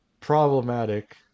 problematic